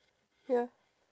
ya